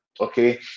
Okay